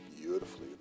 beautifully